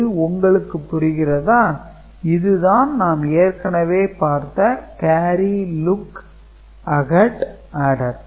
இது உங்களுக்கு புரிகிறதா இதுதான் நாம் ஏற்கனவே பார்த்த கேரி லுக் அட் ஆடர்